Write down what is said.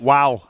Wow